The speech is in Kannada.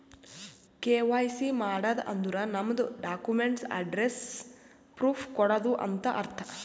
ಕೆ.ವೈ.ಸಿ ಮಾಡದ್ ಅಂದುರ್ ನಮ್ದು ಡಾಕ್ಯುಮೆಂಟ್ಸ್ ಅಡ್ರೆಸ್ಸ್ ಪ್ರೂಫ್ ಕೊಡದು ಅಂತ್ ಅರ್ಥ